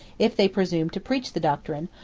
if they presumed to preach the doctrine,